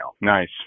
Nice